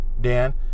Dan